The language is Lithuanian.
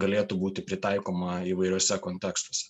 galėtų būti pritaikoma įvairiuose kontekstuose